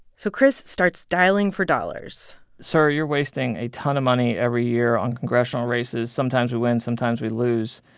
so chris starts dialing for dollars sir, you're wasting a ton of money every year on congressional races. sometimes we win. sometimes we lose.